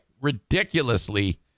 ridiculously